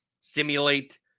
simulate